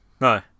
No